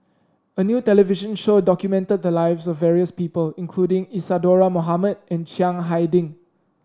a new television show documented the lives of various people including Isadhora Mohamed and Chiang Hai Ding